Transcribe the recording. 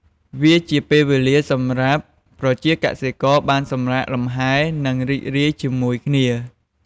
វាជាពេលវេលាសម្រាប់ប្រជាកសិករបានសម្រាកលំហែ និងរីករាយជាមួយគ្នា។